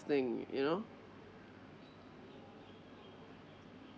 thing you know